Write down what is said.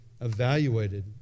evaluated